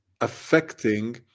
affecting